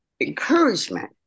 encouragement